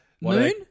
Moon